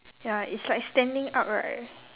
ya it's like standing up right